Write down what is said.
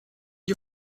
you